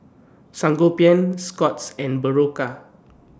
Sangobion Scott's and Berocca